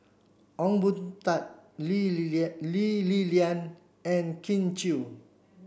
Ong Boon Tat Lee Li Lian Lee Li Lian and Kin Chui